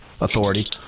Authority